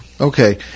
Okay